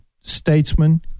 statesman